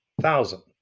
thousand